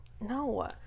No